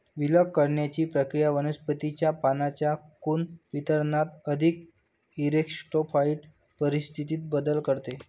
विलग करण्याची प्रक्रिया वनस्पतीच्या पानांच्या कोन वितरणात अधिक इरेक्टोफाइल परिस्थितीत बदल करते